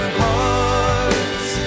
hearts